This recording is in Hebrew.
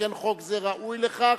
שכן חוק זה ראוי לכך,